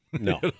No